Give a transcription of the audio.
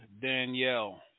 Danielle